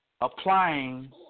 applying